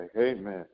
Amen